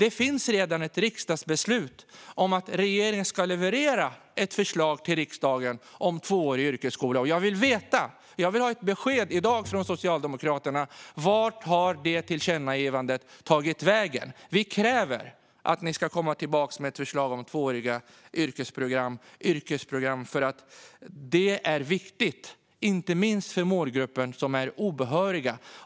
Det finns redan ett riksdagsbeslut om att regeringen ska leverera ett förslag till riksdagen om tvåårig yrkesskola. Jag vill ha ett besked från Socialdemokraterna i dag om vart det tillkännagivandet har tagit vägen. Vi kräver att ni ska komma tillbaka med ett förslag om tvååriga yrkesprogram. Det är viktigt, inte minst för gruppen obehöriga.